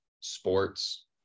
Sports